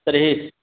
तर्हि